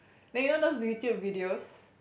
then you know those YouTube videos